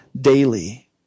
daily